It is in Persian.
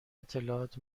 اطلاعات